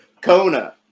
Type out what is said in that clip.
Kona